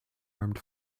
armed